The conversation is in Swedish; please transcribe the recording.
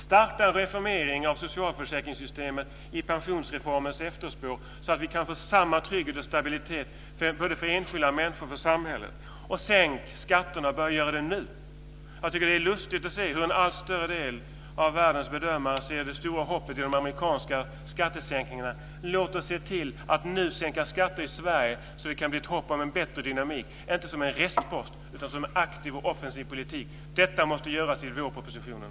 Starta en reformering av socialförsäkringssystemet i pensionsreformens efterspår, så att vi kan få samma trygghet och stabilitet både för enskilda människor och för samhället. Och sänk skatterna, och börja med det nu. Jag tycker att det är lustigt att se hur en allt större del av världens bedömare ser det stora hoppet i de amerikanska skattesänkningarna. Låt oss se till att nu sänka skatter i Sverige så att vi kan hoppas på en bättre dynamik, inte som en restpost utan som en aktiv och offensiv politik. Detta måste göras i vårpropositionen.